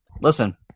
listen